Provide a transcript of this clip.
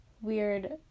weird